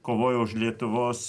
kovojo už lietuvos